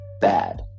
bad